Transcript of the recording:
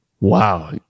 Wow